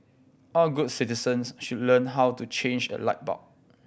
all good citizens should learn how to change a light bulb